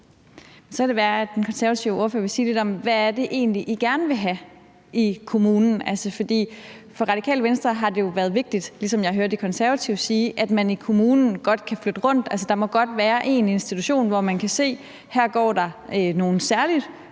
Så kan det være, at den konservative ordfører vil sige lidt om, hvad det egentlig er, I gerne vil have i kommunen. For Radikale Venstre har det jo været vigtigt, ligesom jeg hører De Konservative sige, at man i kommunen godt kan flytte rundt på dem, altså at der godt må være en institution, hvor der er flere pædagoger,